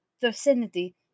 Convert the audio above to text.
vicinity